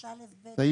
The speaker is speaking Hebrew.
(2)